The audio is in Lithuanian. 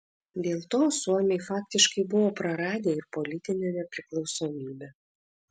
dėl to suomiai faktiškai buvo praradę ir politinę nepriklausomybę